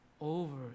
over